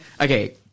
okay